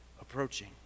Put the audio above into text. approaching